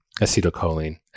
acetylcholine